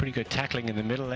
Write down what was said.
pretty good tackling in the middle